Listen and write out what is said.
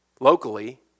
locally